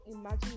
imagine